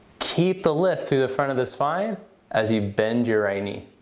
keep the lift through the front of the spine as you bend your right knee.